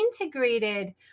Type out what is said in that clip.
integrated